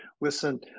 Listen